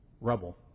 Rubble